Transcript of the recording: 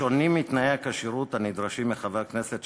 השונים מתנאי הכשירות הנדרשים מחבר הכנסת,